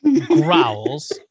growls